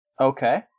Okay